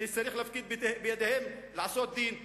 שצריך להפקיד בידיהם לעשות דין,